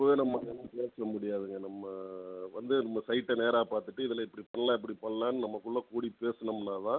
இப்போவே நம்ம எல்லாம் பேச முடியாதுங்கள் நம்ம வந்து இந்த சைட்டை நேராக பார்த்துட்டு இதில் இப்படி பண்ணலாம் இப்படி பண்ணலான்னு நமக்குள்ள கூடி பேசுனோமுன்னால் தான்